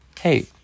Hey